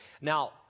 Now